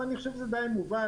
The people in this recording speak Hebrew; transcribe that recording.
ואני חושב שזה די מובן,